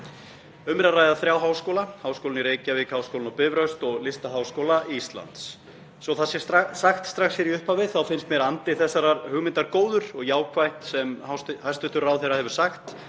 Um er að ræða þrjá háskóla: Háskólann í Reykjavík, Háskólann á Bifröst og Listaháskóla Íslands. Svo að það sé sagt strax í upphafi þá finnst mér andi þessarar hugmyndar góður og jákvætt sem hæstv. ráðherra hefur sagt,